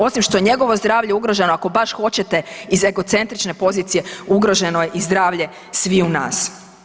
Osim što je njegovo zdravlje ugroženo ako baš hoćete iz egocentrične pozicije ugroženo je i zdravlje sviju nas.